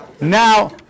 Now